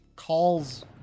calls